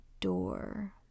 door